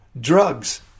Drugs